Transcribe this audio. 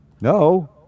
No